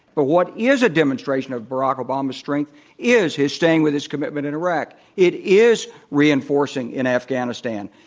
but what is a demonstration of barack obama's strength is his staying with his commitment in iraq. it is reinforcing in afghanistan.